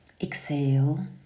Exhale